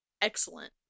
Excellent